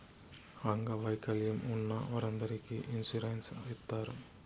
అంగవైకల్యం ఉన్న వారందరికీ ఇన్సూరెన్స్ ఇత్తారు